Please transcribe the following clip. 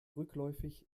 rückläufig